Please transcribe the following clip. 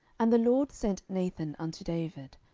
and the lord sent nathan unto david.